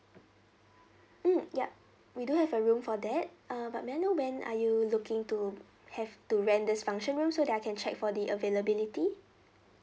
mm ya we do have a room for that uh but may I know when are you looking to have to rent this function room so that I can check for the availability